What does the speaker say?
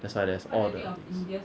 that's why there's all the things